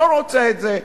לא רוצה את זה.